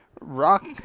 rock